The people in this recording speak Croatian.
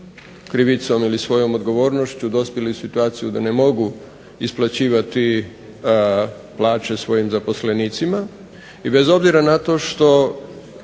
krivicom ili svojom odgovornošću dospjeli u situaciju da ne mogu isplaćivati plaće svojim zaposlenicima i bez obzira na to što